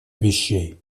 вещей